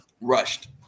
rushed